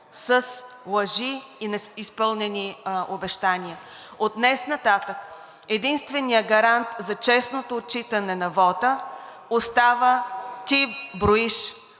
с лъжи и неизпълнени обещания. От днес нататък единственият гарант за честното отчитане на вота остава „ти броиш“,